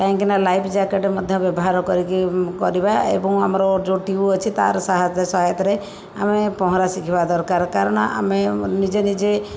କାହିଁକିନା life jacket ମଧ୍ୟ ବ୍ୟବହାର କରିକି କରିବା ଏବଂ ଆମର ଯୋଉ ଟ୍ବିବ୍ ଅଛି ତାର ସାହାଯ୍ୟ ସହାୟତାରେ ଆମେ ପହଁରା ଶିଖିବା ଦରକାର କାରଣ ଆମେ ନିଜେ ନିଜେ